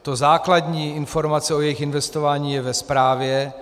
Ta základní informace o jejich investování je ve zprávě.